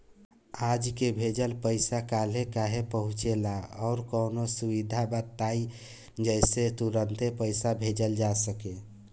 आज के भेजल पैसा कालहे काहे पहुचेला और कौनों अइसन सुविधा बताई जेसे तुरंते पैसा भेजल जा सके?